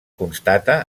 constata